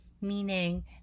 Meaning